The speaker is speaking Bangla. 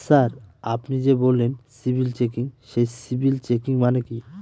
স্যার আপনি যে বললেন সিবিল চেকিং সেই সিবিল চেকিং মানে কি?